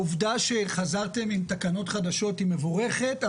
העובדה שחזרתם עם תקנות חדשות היא מבורכת,